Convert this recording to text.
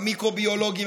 המיקרוביולוגים,